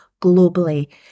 globally